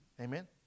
Amen